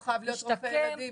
ישתקם.